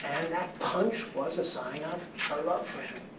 that punch was a sign of her love for him.